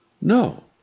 No